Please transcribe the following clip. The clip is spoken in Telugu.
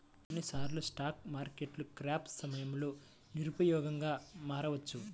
కొన్నిసార్లు స్టాక్ మార్కెట్లు క్రాష్ సమయంలో నిరుపయోగంగా మారవచ్చు